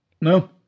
No